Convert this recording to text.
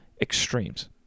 extremes